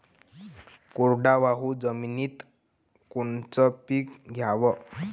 कोरडवाहू जमिनीत कोनचं पीक घ्याव?